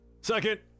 Second